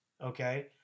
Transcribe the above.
okay